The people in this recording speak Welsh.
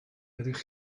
ydych